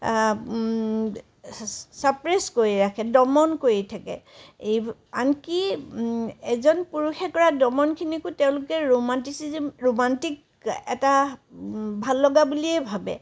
suppress কৰি ৰাখে দমন কৰি থাকে এই আনকি এজন পুৰুষে কৰা দমনখিনিকো তেওঁলোকে ৰোমান্তিচিজিম ৰোমান্তিক এটা ভাল লগা বুলিয়ে ভাবে